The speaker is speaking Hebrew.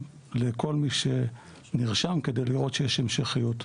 לכל מי שנרשם כדי לראות שיש המשכיות.